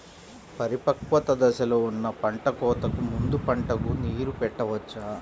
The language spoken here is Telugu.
పరిపక్వత దశలో ఉన్న పంట కోతకు ముందు పంటకు నీరు పెట్టవచ్చా?